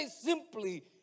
simply